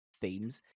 themes